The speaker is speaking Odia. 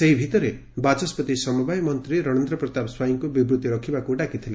ସେହି ଭିତରେ ବାଚସ୍ବତି ସମବାୟ ମନ୍ତୀ ରଣେନ୍ର ପ୍ରତାପ ସ୍ୱାଇଁଙ୍କୁ ବିବୃତ୍ତି ରଖିବାକୁ ଡ଼ାକିଥିଲେ